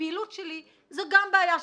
לפעילות שלי זו גם בעיה שלו.